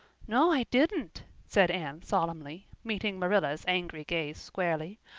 no, i didn't, said anne solemnly, meeting marilla's angry gaze squarely.